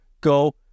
go